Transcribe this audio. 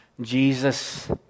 Jesus